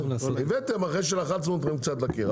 הבאתם אחרי שלחצנו אתכם קצת לקיר.